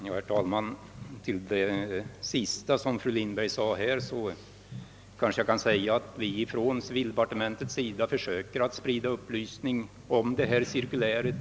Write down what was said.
Herr talman! Inom civildepartementet försöker vi i alla tänkbara sammanhang sprida upplysningar om cirkuläret.